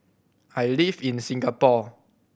I live in Singapore